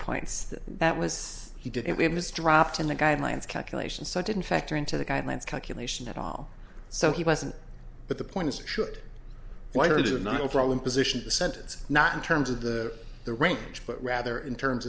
points that was he did it was dropped in the guidelines calculations such didn't factor into the guidelines calculation at all so he wasn't but the point is it should why are there not overall imposition of the sentence not in terms of the the range but rather in terms